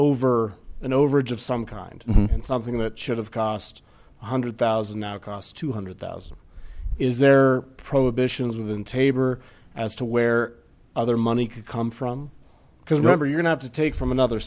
over an overage of some kind and something that should have cost a hundred thousand now costs two hundred thousand is there prohibitions within tabor as to where other money could come from because remember you're not to take from another